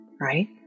right